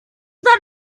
that